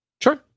sure